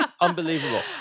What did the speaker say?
Unbelievable